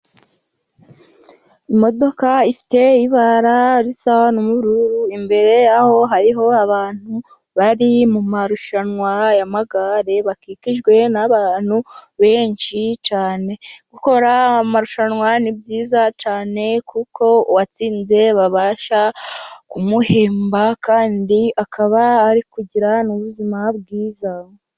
Imodoka ifite ibara risa n'ubururu, imbere yaho hariho abantu bari mumarushanwa y'amagare, bakikijwe n'abantu benshi cyane. Gukora amarushanwa ni byiza cyane kuko uwatsinze babasha kumuhemba kandi akaba ari kugira n'ubuzima bwiza.